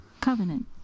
covenant